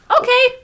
okay